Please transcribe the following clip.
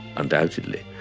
undoubtedly,